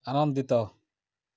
ଆନନ୍ଦିତ